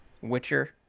witcher